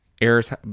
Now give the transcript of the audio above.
errors